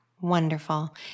Wonderful